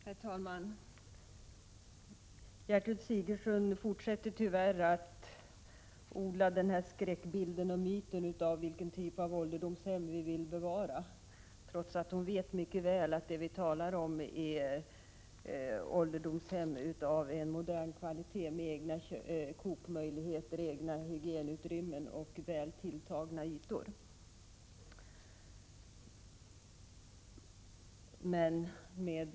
Herr talman! Gertrud Sigurdsen fortsätter, tyvärr, att framställa skräckbilden och odla myten av vilken typ av ålderdomshem som vi vill bevara, trots att hon mycket väl vet att vi talar om moderna ålderdomshem med egna kokmöjligheter, egna hygienutrymmen och väl tilltagna ytor för de äldre.